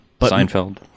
seinfeld